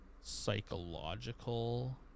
psychological